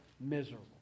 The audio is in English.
miserable